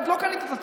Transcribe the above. תודה.